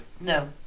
No